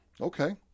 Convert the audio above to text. Okay